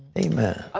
amen.